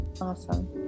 Awesome